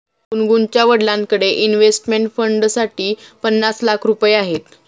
गुनगुनच्या वडिलांकडे इन्व्हेस्टमेंट फंडसाठी पन्नास लाख रुपये आहेत